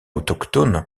autochtones